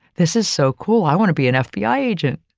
this is so cool. i want to be an fbi agent.